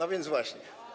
A więc właśnie.